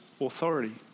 authority